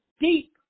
deep